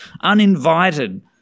uninvited